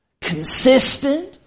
consistent